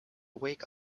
wake